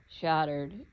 shattered